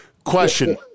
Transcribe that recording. Question